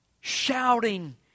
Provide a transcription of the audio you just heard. Shouting